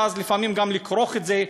ואז לפעמים לכרוך את זה,